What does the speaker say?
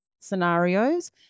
scenarios